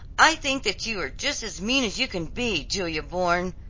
i think that you are just as mean as you can be, julia bourne,